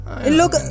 look